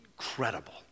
Incredible